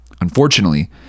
Unfortunately